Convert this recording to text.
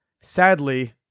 sadly